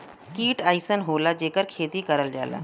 कीट अइसन होला जेकर खेती करल जाला